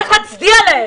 צריך להצדיע להם.